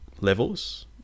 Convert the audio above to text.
levels